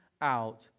out